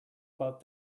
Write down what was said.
about